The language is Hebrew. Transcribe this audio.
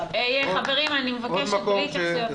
ששש, חברים, אני מבקשת, בלי התייחסויות מהצד.